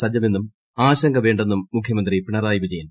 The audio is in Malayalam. സജ്ജമെന്നും ആശങ്കവേണ്ടെന്നും മുഖ്യമന്ത്രി പിണറായി വിജയൻ